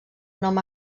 nom